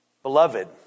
Beloved